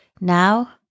Now